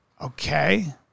Okay